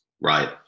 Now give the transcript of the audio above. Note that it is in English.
Right